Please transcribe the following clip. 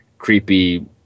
Creepy